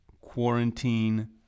quarantine